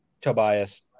Tobias